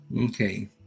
Okay